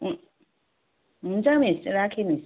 हुन् हुन्छ मिस राखेँ मिस